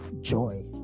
joy